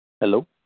Hello